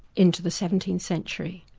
into the seventeenth century,